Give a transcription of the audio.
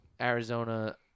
Arizona